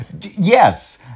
Yes